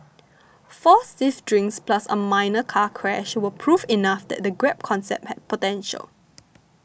four stiff drinks plus a minor car crash were proof enough that the Grab concept had potential